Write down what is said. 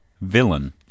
villain